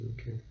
Okay